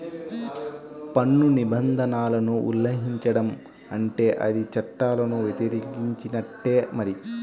పన్ను నిబంధనలను ఉల్లంఘించడం అంటే అది చట్టాలను వ్యతిరేకించినట్టే మరి